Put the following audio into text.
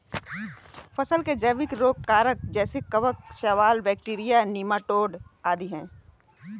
फसल के जैविक रोग कारक जैसे कवक, शैवाल, बैक्टीरिया, नीमाटोड आदि है